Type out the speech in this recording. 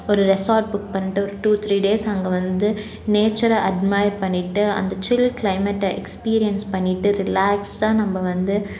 ஒரு resort book பண்ணிட்டு two three days அங்கே வந்து நேச்சரை அட்மையர் பண்ணிவிட்டு அந்த சில் கிளைமேட்டை எக்ஸ்பீரியன்ஸ் பண்ணிவிட்டு ரிலாக்ஸ்டாக நம்ம வந்து